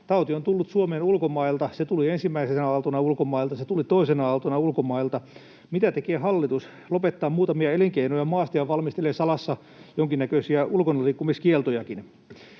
Tauti on tullut Suomeen ulkomailta. Se tuli ensimmäisenä aaltona ulkomailta, se tuli toisena aaltona ulkomailta. Mitä tekee hallitus? Lopettaa muutamia elinkeinoja maasta ja valmistelee salassa jonkinnäköisiä ulkonaliikkumiskieltojakin.